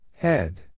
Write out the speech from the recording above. Head